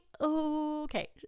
Okay